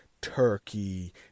Turkey